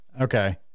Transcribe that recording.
Okay